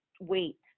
wait